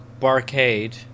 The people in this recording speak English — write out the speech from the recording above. barcade